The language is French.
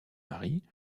marie